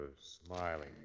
smiling